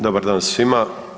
Dobar dan svima.